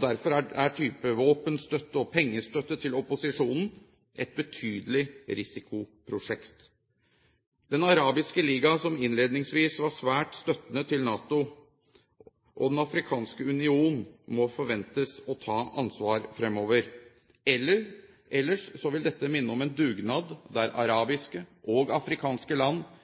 Derfor er våpenstøtte og pengestøtte til opposisjonen et betydelig risikoprosjekt. Den arabiske liga, som innledningsvis var svært støttende til NATO, og Den afrikanske union må forventes å ta ansvar fremover. Ellers vil dette minne om en dugnad der arabiske og afrikanske land